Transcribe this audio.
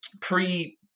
pre